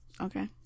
Okay